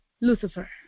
Lucifer